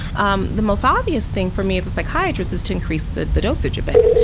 um the most obvious thing for me as a psychiatrist is to increase the the dosage a bit.